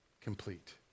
complete